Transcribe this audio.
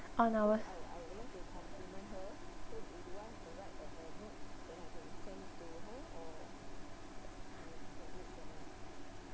on our